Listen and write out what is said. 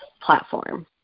platform